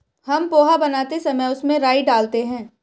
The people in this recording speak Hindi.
हम पोहा बनाते समय उसमें राई डालते हैं